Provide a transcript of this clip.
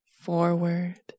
forward